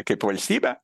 kaip valstybę